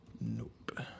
Nope